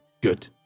Good